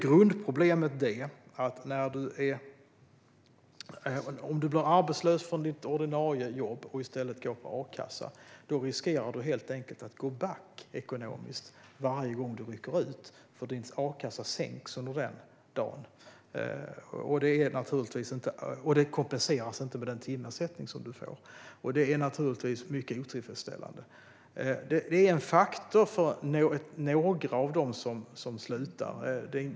Grundproblemet är att om man blir arbetslös från sitt ordinarie jobb och i stället går på a-kassa riskerar man helt enkelt att gå back ekonomiskt varje gång man rycker ut eftersom ens a-kassa sänks under den dagen. Det kompenseras inte med den timersättning som man får. Detta är naturligtvis mycket otillfredsställande. Det är en faktor för några av dem som slutar.